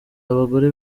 abagore